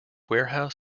warehouse